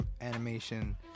animation